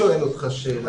אני שואל אותך שאלה.